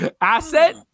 asset